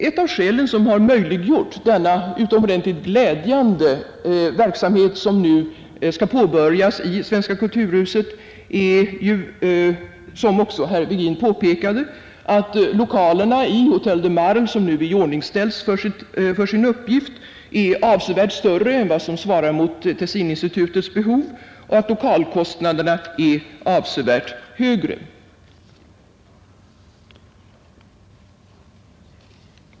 En omständighet som har möjliggjort denna utomordentligt glädjande verksamhet som nu påbörjas i Svenska kulturhuset är ju, som också herr Virgin påpekade, att lokalerna i Hötel de Marle, som nu iordningställts för sin uppgift, är avsevärt större än vad som svarar mot Tessininstitutets behov och att lokalkostnaderna är avsevärt högre än vad som motiveras av institutets verksamhet.